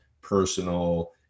personal